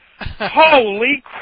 Holy